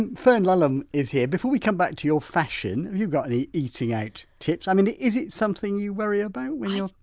and fern lulham is here before we come back to your fashion, have you got any eating out tips? i mean is it something you worry about when you're?